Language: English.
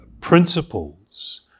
principles